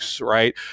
Right